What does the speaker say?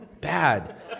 Bad